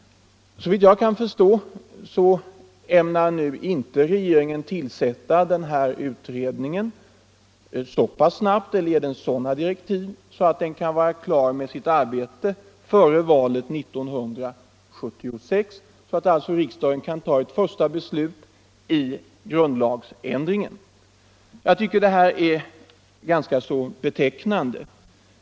Såvitt jag kan förstå av svaret ämnar regeringen inte tillsätta den här utredningen så pass snabbt eller ge den sådana direktiv att den kan vara klar med sitt arbete före valet 1976, vilket skulle göra att riksdagen kunde ta ett första beslut rörande grundlagsändringen. Jag tycker detta är betecknande.